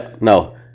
No